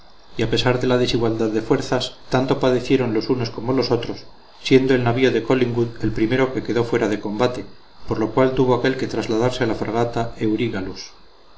y a pesar de la desigualdad de fuerzas tanto padecieron los unos como los otros siendo el navío de collingwood el primero que quedó fuera de combate por lo cual tuvo aquél que trasladarse a la fragata